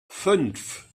fünf